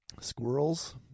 squirrels